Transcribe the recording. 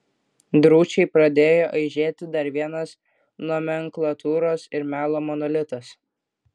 drūčiai pradėjo aižėti dar vienas nomenklatūros ir melo monolitas